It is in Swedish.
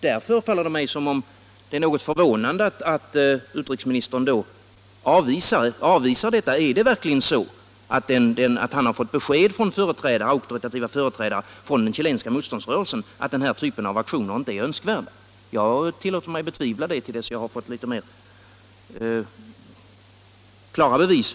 Därför är det för mig något förvånande att utrikesministern avvisar detta. Är det verkligen så att han har fått besked från auktoritativa företrädare för den chilenska motståndsrörelsen att den här typen av aktioner inte är önskvärt? Jag tillåter mig att betvivla det tills jag har fått litet mer klara bevis.